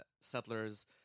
settlers